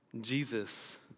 Jesus